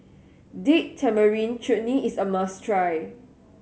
Date Tamarind Chutney is a must try